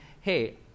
hey